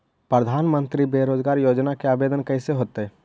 प्रधानमंत्री बेरोजगार योजना के आवेदन कैसे होतै?